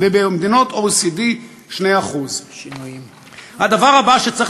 ובמדינות OECD זה 2%. הדבר הבא שצריך